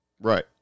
Right